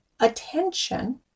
attention